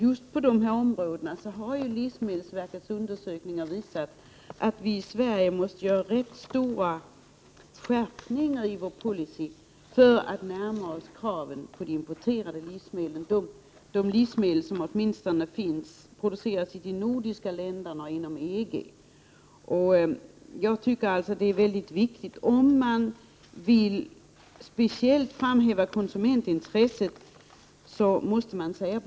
Just när det gäller dessa produkter har ju livsmedelsverkets undersökningar visat att vi i Sverige måste göra rätt betydande skärpningar i vår policy för att närma oss kraven på de importerade livsmedlen — åtminstone de livsmedel som produceras i de nordiska länderna och inom EG. Jag tycker alltså att man måste säga detta om man speciellt vill framhäva konsumentintresset.